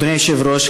אדוני היושב-ראש,